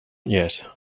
yet